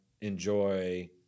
enjoy